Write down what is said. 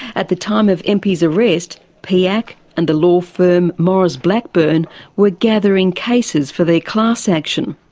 at the time of einpwy's arrest, piac and the law firm maurice blackburn were gathering cases for their class action.